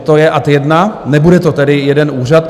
To je ad jedna, nebude to tedy jeden úřad.